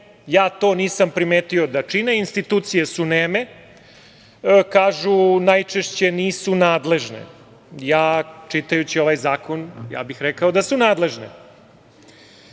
ja to nisam primetio da čine, institucije su neme, kažu najčešće – nisu nadležne. Čitajući ovaj zakon, ja bih rekao da su nadležne.